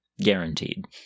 Guaranteed